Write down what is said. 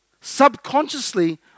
Subconsciously